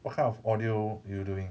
what kind of audio you doing